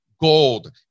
gold